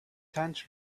tent